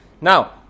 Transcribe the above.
now